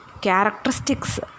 characteristics